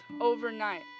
overnight